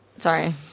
Sorry